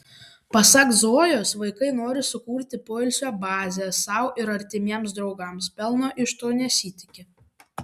pasak zojos vaikai nori sukurti poilsio bazę sau ir artimiems draugams pelno iš to nesitiki